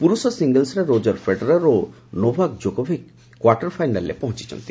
ପୁରୁଷ ସିଙ୍ଗିଲ୍ସରେ Roger Federer ଓ ନୋଭାକ୍ ଜୋକୋଭିକ୍ କ୍ୱାର୍ଟର ଫାଇନାଲ୍ରେ ପହଞ୍ଚ ଛନ୍ତି